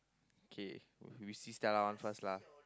okay we we see Stella first one lah